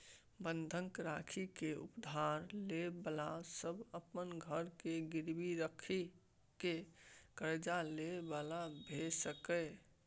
बंधक राखि के उधार ले बला सब अपन घर के गिरवी राखि के कर्जा ले बला भेय सकेए